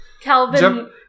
Calvin